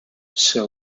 sir